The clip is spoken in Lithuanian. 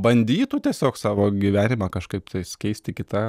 bandytų tiesiog savo gyvenimą kažkaiptais keisti kita